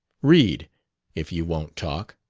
read if you won't talk!